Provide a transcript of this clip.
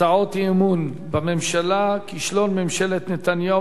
הצעות אי-אמון בממשלה: כישלון ממשלת נתניהו